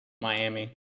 Miami